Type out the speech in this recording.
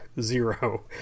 zero